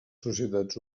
societats